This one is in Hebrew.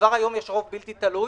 כבר היום יש רוב בלתי תלוי.